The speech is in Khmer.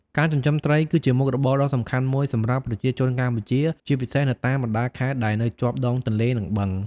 ការចិញ្ចឹមត្រី គឺជាមុខរបរដ៏សំខាន់មួយសម្រាប់ប្រជាជនកម្ពុជា ជាពិសេសនៅតាមបណ្តាខេត្តដែលនៅជាប់ដងទន្លេ និងបឹង។